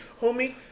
homie